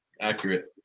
Accurate